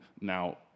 now